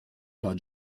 par